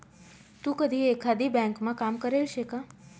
तू कधी एकाधी ब्यांकमा काम करेल शे का?